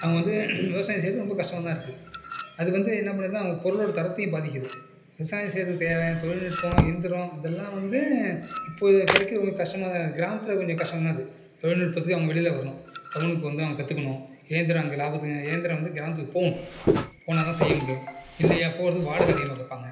அவங்க வந்து விவசாயம் செய்வது ரொம்ப கஷ்டமாக தான் இருக்குது அது வந்து என்ன பண்ணுதுன்னால் அவங்க பொருளோடய தரத்தையும் பாதிக்குது விவசாயம் செய்யறதுக்கு தேவையான தொழில்நுட்பம் இயந்திரம் இதெல்லாம் வந்து இப்போது இது கிடைக்கறது ரொம்ப கஷ்டமாக தான் இருக்குது கிராமத்தில் கொஞ்சம் கஷ்டம் தான் இது தொழில்நுட்பத்துக்கு அவங்க வெளியில வரணும் டவுனுக்கு வந்து அவங்க கற்றுக்கணும் இயந்திரம் அங்கே லாபத்துக்கு இயந்திரம் வந்து கிராமத்துக்கு போகணும் போனால் தான் செய்ய முடியும் இல்லையா போறதுக்கு வாடகை அதிகமாக கேட்பாங்க